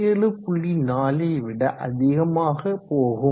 4 யை விட அதிகமாக போகும்